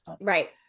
Right